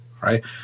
right